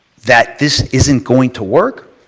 that this isn't going to work,